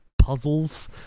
puzzles